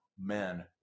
men